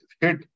hit